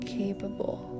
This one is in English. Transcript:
capable